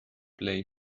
play